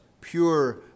pure